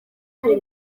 ari